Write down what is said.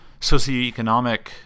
socioeconomic